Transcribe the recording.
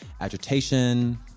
agitation